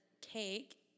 cake